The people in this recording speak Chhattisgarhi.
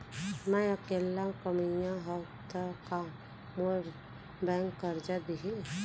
मैं अकेल्ला कमईया हव त का मोल बैंक करजा दिही?